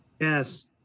Yes